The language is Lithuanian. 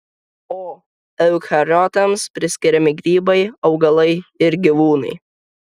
o eukariotams priskiriami grybai augalai ir gyvūnai